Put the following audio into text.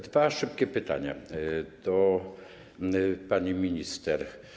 Dwa szybkie pytania do pani minister.